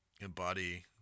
embody